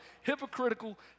hypocritical